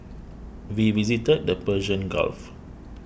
we visited the Persian Gulf